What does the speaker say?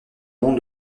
monde